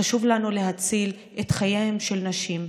חשוב לנו להציל את חייהן של נשים.